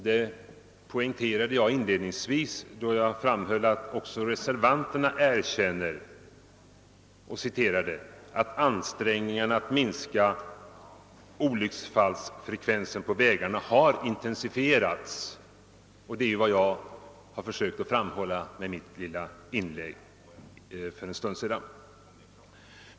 Det poängterade jag inledningsvis, då jag framhöll att också reservanterna erkänner att ansträngningarna att minska olycksfallsfrekvensen på vägarna har intensifierats, och det är vad jag har försökt att framhålla med mitt inlägg för en stund sedan.